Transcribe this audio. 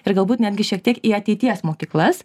ir galbūt netgi šiek tiek į ateities mokyklas